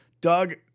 Doug –